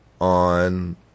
on